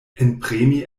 enpremi